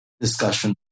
discussion